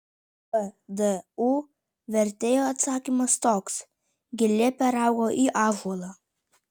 vdu vertėjo atsakymas toks gilė peraugo į ąžuolą